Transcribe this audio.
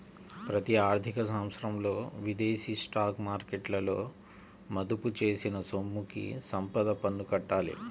ప్రతి ఆర్థిక సంవత్సరంలో విదేశీ స్టాక్ మార్కెట్లలో మదుపు చేసిన సొమ్ముకి సంపద పన్ను కట్టాలి